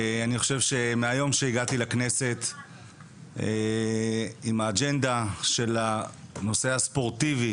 הגעתי לכנסת עם האג'נדה של הנושא הספורטיבי.